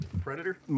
predator